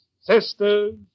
sisters